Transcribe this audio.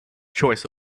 choice